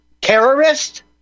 Terrorist